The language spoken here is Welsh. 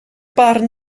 barn